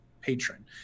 patron